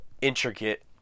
intricate